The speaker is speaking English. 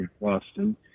Boston